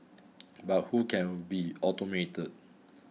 but who can be automated